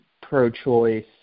pro-choice